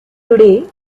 today